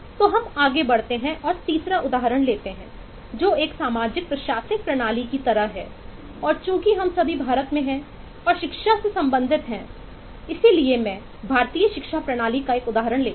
तो हम आगे बढ़ते हैं और एक तीसरा उदाहरण लेते हैं जो एक सामाजिक प्रशासनिक प्रणाली की तरह है और चूंकि हम सभी भारत में हैं और शिक्षा से संबंधित हैं और इसलिए मैं भारतीय शिक्षा प्रणाली का एक उदाहरण लेता हूं